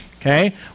Okay